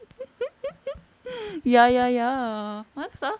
ya ya ya malas ah